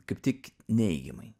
kaip tik neigiamai